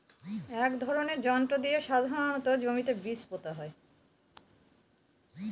এক ধরনের যন্ত্র দিয়ে সাধারণত জমিতে বীজ পোতা হয়